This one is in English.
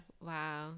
wow